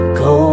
go